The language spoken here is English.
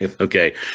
Okay